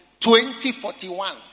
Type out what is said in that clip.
2041